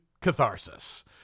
catharsis